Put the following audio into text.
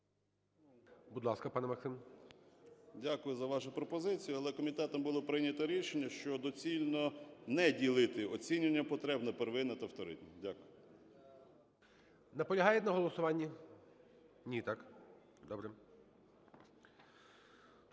Дякую за вашу пропозицію. Але комітетом було прийнято рішення, що доцільно не ділити оцінювання потреб на первинне та вторинне. Дякую. ГОЛОВУЮЧИЙ. Наполягають на голосуванні? Ні, так? Добре.